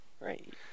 Right